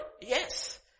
Yes